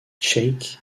cheikh